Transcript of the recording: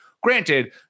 Granted